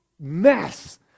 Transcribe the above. mess